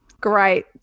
Great